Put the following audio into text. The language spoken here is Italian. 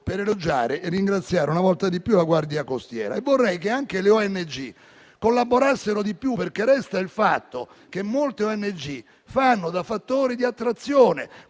per elogiare e ringraziare, una volta di più, la Guardia costiera. Vorrei che anche le ONG collaborassero di più, perché resta il fatto che molte ONG operano come fattori di attrazione;